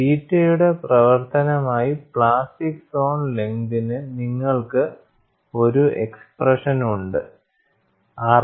തീറ്റയുടെ പ്രവർത്തനമായി plastic zone ലെങ്ങ്തിനെ നിങ്ങൾക്ക് ഒരു എക്സ്പ്രഷൻ ഉണ്ട് rp